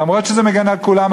אף-על-פי שזה מגן על כולם,